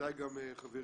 ודאי גם חברי